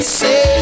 say